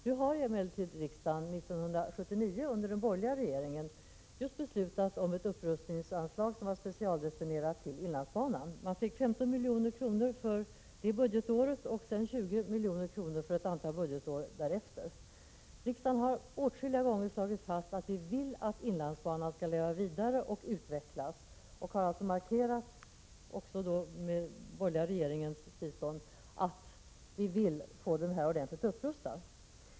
Nu har emellertid riksdagen 1979 under den borgerliga regeringen beslutat om ett upprustningsanslag som var specialdestinerat till just inlandsbanan. Man fick 15 milj.kr. för det budgetåret och sedan 20 milj.kr. för ett antal budgetår därefter. Riksdagen har åtskilliga gånger slagit fast att inlandsbanan skall leva vidare och utvecklas och har alltså med den borgerliga regeringens bistånd markerat att vi vill få den ordentligt upprustad.